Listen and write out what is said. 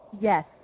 Yes